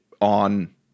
on